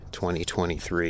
2023